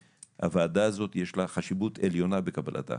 הוועדה הזאת יש לה חשיבות עליונה בקבלת ההחלטה.